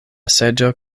seĝo